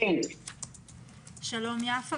שלום לך,